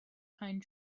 pine